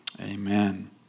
Amen